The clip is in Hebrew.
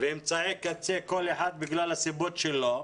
ואמצעי קצה, כל אחד מסיבותיו שלו.